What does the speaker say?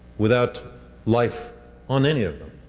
without life on any of them.